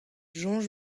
soñj